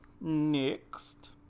Next